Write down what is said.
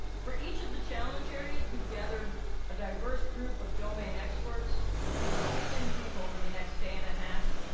for each of the challenge areas, we've gathered a but diverse group of domain experts who will dig in deep over the next day and a half